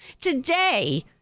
Today